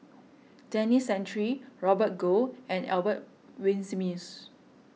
Denis Santry Robert Goh and Albert Winsemius